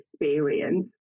experience